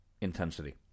intensity